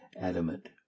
adamant